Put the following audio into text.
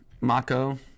Mako